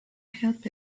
help